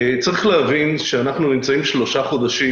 צריך להבין שאנחנו נמצאים שלושה חודשים